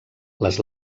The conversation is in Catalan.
les